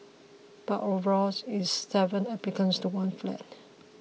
but overall it's seven applicants to one flat